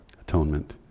atonement